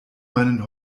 meinen